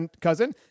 cousin